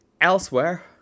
Elsewhere